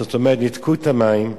זאת אומרת, ניתקו את המים,